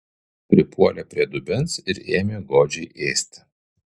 pripuolė prie dubens ir ėmė godžiai ėsti